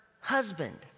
husband